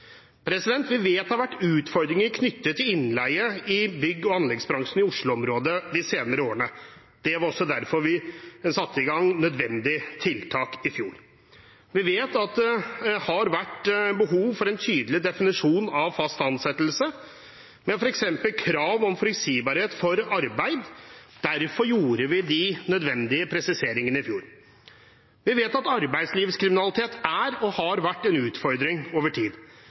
Vi vet at det har vært utfordringer knyttet til innleie i bygg- og anleggsbransjen i Oslo-området de senere årene. Det var også derfor vi satte i gang nødvendige tiltak i fjor. Vi vet at det har vært behov for en tydelig definisjon av fast ansettelse, med f.eks. krav om forutsigbarhet for arbeid. Derfor gjorde vi de nødvendige presiseringene i fjor. Vi vet at arbeidslivskriminalitet er og har vært en utfordring over tid.